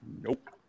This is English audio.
Nope